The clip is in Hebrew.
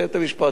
עם כל הסבלנות,